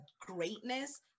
greatness